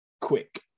quick